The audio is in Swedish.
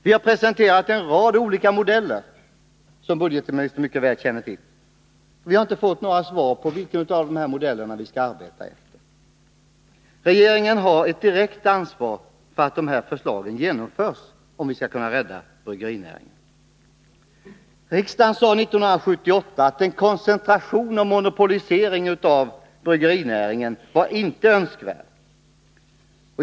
Vi har presenterat en rad olika modeller, som budgetministern mycket väl känner till. Men vi har inte fått något besked om vilken modell vi skall arbeta efter. Om vi skall kunna rädda bryggerinäringen, måste regeringen ta ett direkt ansvar för att de här förslagen förverkligas. Riksdagen uttalade 1978 att en koncentration och en monopolisering av bryggerinäringen inte var önskvärda.